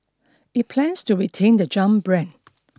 it plans to retain the Jump brand